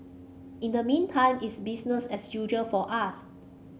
in the meantime it's business as usual for us